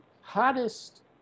hottest